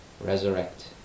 resurrect